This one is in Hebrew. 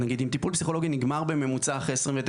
אם טיפול פסיכולוגי נגמר בממוצע אחרי 29 פגישות,